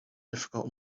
difficult